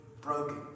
broken